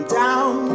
down